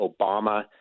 Obama